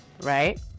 Right